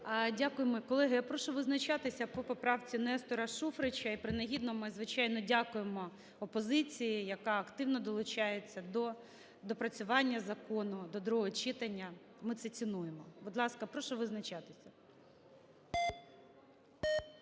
Дякуємо. Колеги, я прошу визначатися по поправці Нестора Шуфрича. І принагідно ми, звичайно, дякуємо опозиції, яка активно долучається до доопрацювання закону до другого читання. Ми це цінуємо. Будь ласка, прошу визначатися.